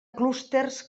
clústers